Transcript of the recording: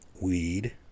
weed